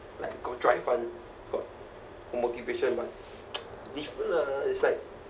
like got drive [one] got motivation but different ah it's like